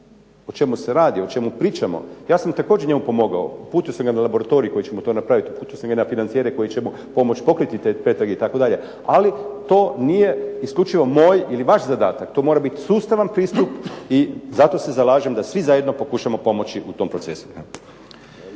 o čemu se radi, o čemu pričamo, ja sam također njemu pomogao. Uputio sam ga na laboratorij koji će mu to napraviti, uputio sam ga na financijere koji će mu pomoći pokriti te pretrage itd., ali to nije isključivo moj ili vaš zadatak. To mora biti sustavan pristup i zato se zalažem da svi zajedno pokušamo pomoći u tom procesu.